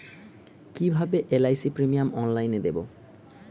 কিভাবে LIC premium অনলাইনে দেবো?